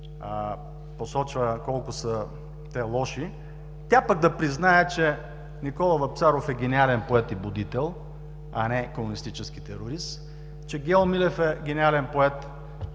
посочва колко те са лоши, тя пък да признае, че Никола Вапцаров е гениален поет и будител, а не комунистически терорист, че Гео Милев е гениален поет